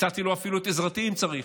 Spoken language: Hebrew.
הצעתי לו אפילו את עזרתי אם צריך.